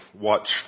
watch